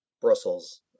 Brussels